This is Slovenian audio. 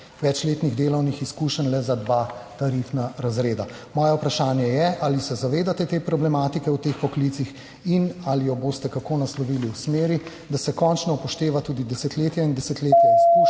večletnih delovnih izkušenj le za dva tarifna razreda. Moje vprašanje je: Ali se zavedate te problematike v teh poklicih? Ali jo boste kako naslovili v smeri, da se končno upoštevajo tudi desetletja in desetletja izkušenj